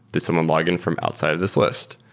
did someone log-in from outside of this list?